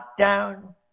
lockdown